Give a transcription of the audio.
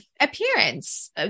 appearance